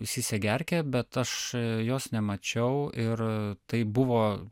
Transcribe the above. įsisegė erkė bet aš jos nemačiau ir tai buvo